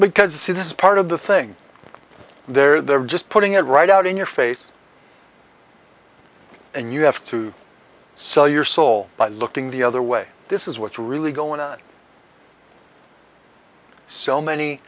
because it is part of the thing they're just putting it right out in your face and you have to sell your soul by looking the other way this is what's really going on so many